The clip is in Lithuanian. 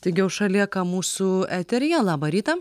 taigi aušra lėka mūsų eteryje labą rytą